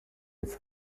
its